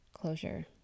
closure